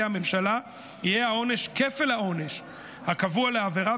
יהיה העונש כפל העונש הקבוע לעבירה,